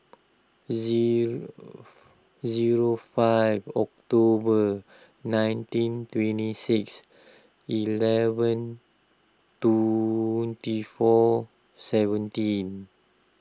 zero zero five October nineteen twenty six eleven twenty four seventeen